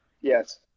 Yes